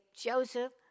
Joseph